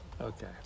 Okay